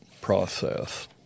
process